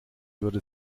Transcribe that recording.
würde